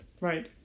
Right